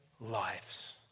lives